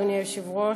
אדוני היושב-ראש,